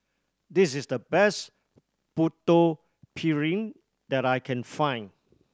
this is the best Putu Piring that I can find